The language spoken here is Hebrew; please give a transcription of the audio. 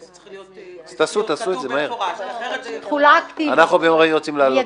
לפני שנצביע, הבהרה נוספת: אנחנו רוצים להניח את